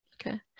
Okay